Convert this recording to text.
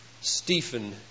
Stephen